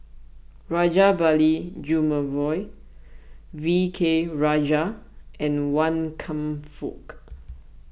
Rajabali Jumabhoy V K Rajah and Wan Kam Fook